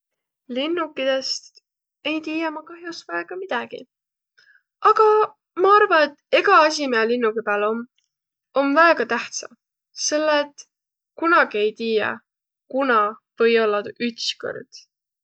Linnukidest ei tiiäq ma kah'os väega midägi. Agaq ma arva, et egä asi, miä linnugi pääl om, om väega tähtsä, selle et kunagi ei tiiäq, kuna või ollaq tuu üts kõrd.